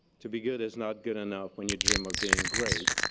to be good is not good enough when you dream of being great.